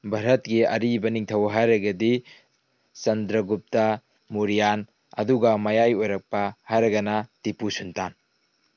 ꯚꯥꯔꯠꯀꯤ ꯑꯔꯤꯕ ꯅꯤꯡꯊꯧ ꯍꯥꯏꯔꯒꯗꯤ ꯆꯝꯗ꯭ꯔꯒꯨꯞꯇ ꯃꯨꯔꯤꯌꯥꯟ ꯑꯗꯨꯒ ꯃꯌꯥꯏ ꯑꯣꯏꯔꯛꯄ ꯍꯥꯏꯔꯒꯅ ꯇꯤꯄꯨ ꯁꯨꯟꯇꯥꯟ